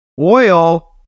Oil